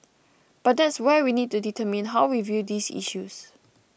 but that's where we need to determine how we view these issues